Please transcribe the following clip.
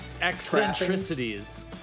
eccentricities